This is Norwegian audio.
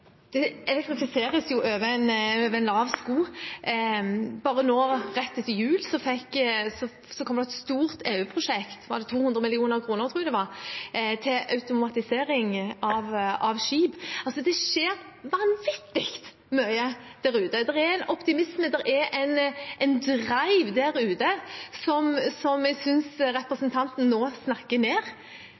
over en lav sko. Rett etter jul kom det et stort EU-prosjekt – 200 mill. kr tror jeg det var på – for automatisering av skip. Det skjer vanvittig mye der ute. Det er en optimisme og en drive der ute som jeg synes representanten Knag Fylkesnes nå snakker ned.